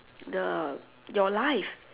the your life